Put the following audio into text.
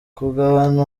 kugabana